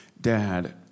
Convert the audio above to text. Dad